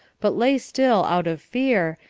but lay still out of fear,